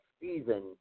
season